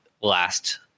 last